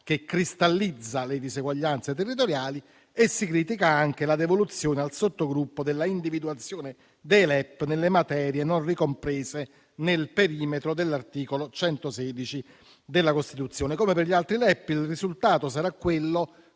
che cristallizza le diseguaglianze territoriali, e si critica anche la devoluzione al sottogruppo della individuazione dei LEP nelle materie non ricomprese nel perimetro dell'articolo 116 della Costituzione. Come per gli altri LEP, il risultato sarà quello